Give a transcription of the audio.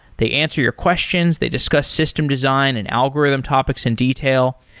they answer your questions. they discuss system design and algorithm topics and detail.